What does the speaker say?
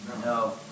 No